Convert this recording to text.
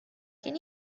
can